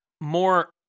more